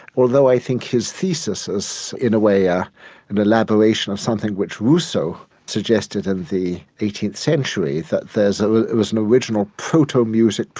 although i think his thesis is in a way ah an elaboration of something which rousseau suggested in the eighteenth century, that there was an original proto music,